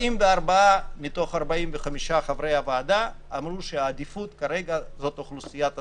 44 מתוך 45 חברי הוועדה אמרו שהעדיפות כרגע היא לאוכלוסיית הסיכון,